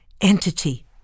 entity